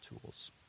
tools